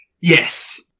Yes